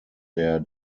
der